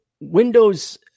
Windows